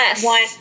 one